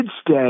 stay